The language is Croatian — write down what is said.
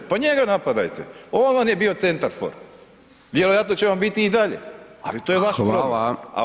Pa njega napadajte, on vam je bio centarfor, vjerojatno će vam biti i dalje, ali to je vaš problem.